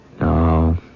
No